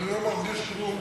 אני לא מרגיש כלום.